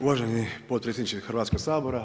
Uvaženi potpredsjedniče Hrvatskog sabora.